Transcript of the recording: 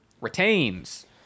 retains